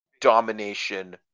domination